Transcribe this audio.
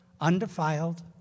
undefiled